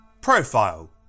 Profile